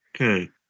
Okay